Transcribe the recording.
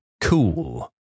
cool